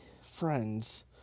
friends